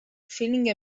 feeling